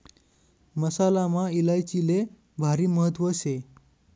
मसालामा इलायचीले भारी महत्त्व शे